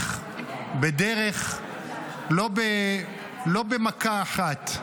לא במכה אחת.